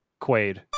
Quaid